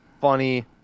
funny